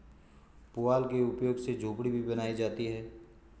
पुआल के प्रयोग से झोपड़ी भी बनाई जाती है